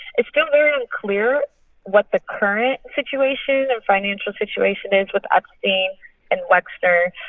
it's still very unclear what the current situation and financial situation is with epstein and wexner,